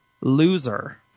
loser